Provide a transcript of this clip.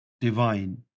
divine